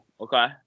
okay